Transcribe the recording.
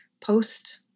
post